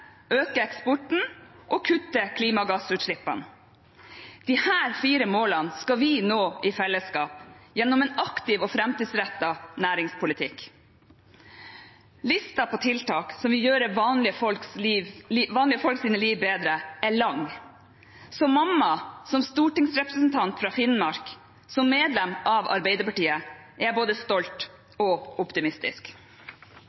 øke eksporten og kutte klimagassutslippene. Disse fire målene skal vi nå i fellesskap gjennom en aktiv og framtidsrettet næringspolitikk. Listen over tiltak som vil gjøre vanlige folks liv bedre, er lang. Som mamma, som stortingsrepresentant fra Finnmark og som medlem av Arbeiderpartiet er jeg både